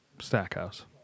Stackhouse